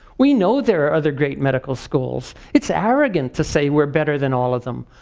we know there are other great medical schools. it's arrogant to say we're better than all of them,